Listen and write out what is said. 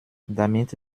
damit